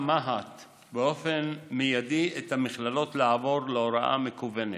מה"ט באופן מיידי את המכללות לעבור להוראה מקוונת,